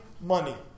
money